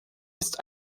ist